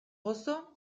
gozo